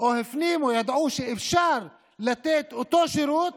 או הפנימו, ידעו, שאפשר לתת את אותו שירות